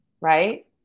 right